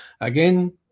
Again